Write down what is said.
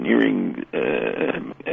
engineering